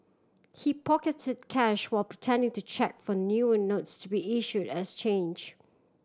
he pocketed cash while pretending to check for newer notes to be issued as change